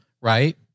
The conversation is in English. Right